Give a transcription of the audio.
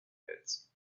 pits